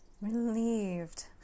Relieved